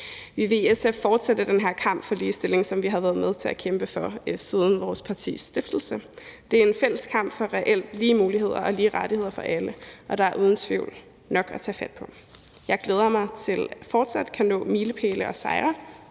Vi vil i SF fortsætte den her kamp for ligestilling, som vi har været med til at kæmpe for siden vores partis stiftelse. Det er en fælles kamp for reelt lige muligheder og lige rettigheder for alle, og der er uden tvivl nok at tage fat på. Jeg glæder mig til, at vi fortsat kan nå milepæle og sejre.